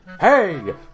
Hey